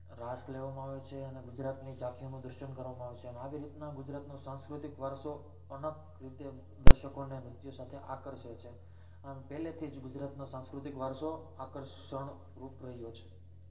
રાસ લેવામાં આવે છે અને ગુજરાતની ઝાંખીઓનું દર્શન કરાવવામાં આવે છે આવી રીતના ગુજરાતનો સાંસ્કૃતિક વારસો અનેક રીતે દર્શકોને નૃત્ય સાથે આકર્ષે છે અને પહેલેથી જ ગુજરાતનો સાંસ્કૃતિક વારસો આકર્ષણરૂપ રહ્યો છે